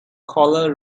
collar